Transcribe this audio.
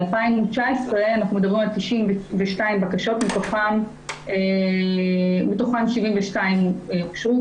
ב-2019 היו 92 בקשות, מתוכם 72 אושרו.